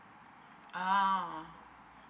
ah